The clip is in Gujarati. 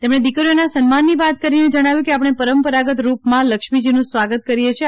તેમણે દિકરીઓના સન્માનની વાત કરીને જણાવ્યું કે આપણે પરંપરાગત રૂપમાં લક્ષ્મીજીનું સ્વાગત કરીએ છીએ